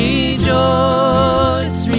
Rejoice